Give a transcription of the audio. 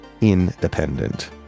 independent